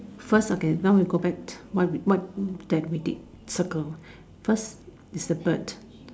first okay now we go back what what that we did circle first is a bird